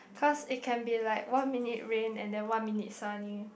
cause it can be like one minute rain and then one minute sunny